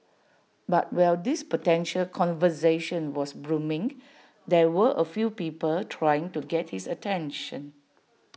but while this potential conversation was blooming there were A few people trying to get his attention